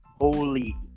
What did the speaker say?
holy